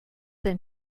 than